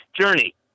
journey